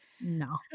No